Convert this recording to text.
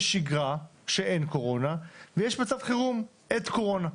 יש שגרה כשאין קורונה ויש מצב חירום אז יש קורונה.